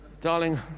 darling